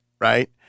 right